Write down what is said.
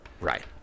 Right